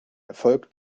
erfolg